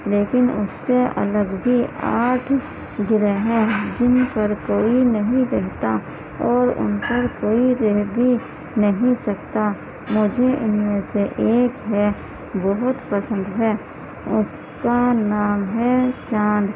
لیکن اس سے الگ بھی آٹھ گرہ جن پر کوئی نہیں رہتا اور ان پر کوئی رہ بھی نہیں سکتا مجھے ان میں سے ایک ہے بہت پسند ہے اس کا نام ہے چاند